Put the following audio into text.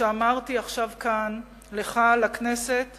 שאמרתי עכשיו כאן לך, לכנסת ולאומה,